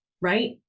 right